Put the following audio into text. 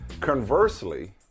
Conversely